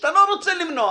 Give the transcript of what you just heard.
שאתה לא רוצה למנוע,